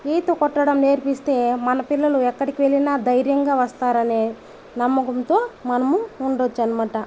ఈత కొట్టడం నేర్పిస్తే మన పిల్లలు ఎక్కడికి వెళ్ళినా ధైర్యంగా వస్తారని నమ్మకంతో మనము ఉండచ్చు అనమాట